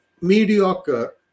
mediocre